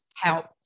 help